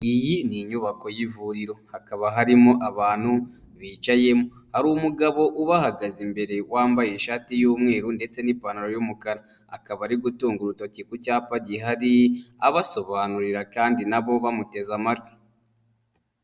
Iyi ni inyubako y'ivuriro, hakaba harimo abantu bicayemo. Hari umugabo ubahagaze imbere wambaye ishati y'umweru ndetse n'ipantaro y'umukara. Akaba ari gutunga urutoki ku cyapa gihari, abasobanurira kandi na bo bamuteze amatwi.